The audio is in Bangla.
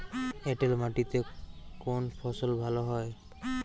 এঁটেল মাটিতে কোন ফসল ভালো হয়?